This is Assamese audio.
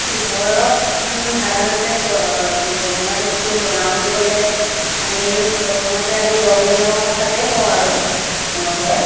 ঘৰত সাধাৰণতে পনীয়া বস্তু বনাওঁ বুলি ক'লে আমি প্ৰথমতে আমি গৰমদিনৰ কথাটোৱে কওঁ আৰু মনত পৰে